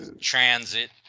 transit